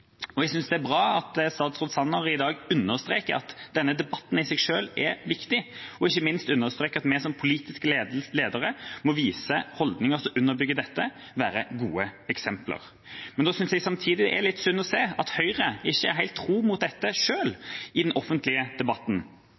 og snakker ut. Jeg synes det er bra at statsråd Sanner i dag understreker at denne debatten i seg selv er viktig, og ikke minst understreker at vi som politiske ledere må vise holdninger som underbygger dette, og være gode eksempler. Men da synes jeg samtidig det er litt synd å se at Høyre ikke er helt tro mot dette selv i den offentlige debatten,